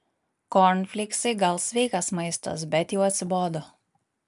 kornfleiksai gal sveikas maistas bet jau atsibodo